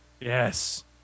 Yes